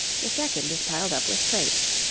the second is piled up with crates,